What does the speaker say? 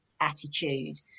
attitude